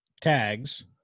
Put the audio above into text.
tags